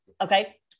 okay